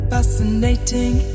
Fascinating